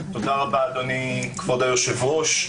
תודה רבה, אדוני, כבוד היושב-ראש.